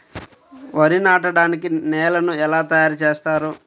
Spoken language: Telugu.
వరి నాటడానికి నేలను ఎలా తయారు చేస్తారు?